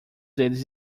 deles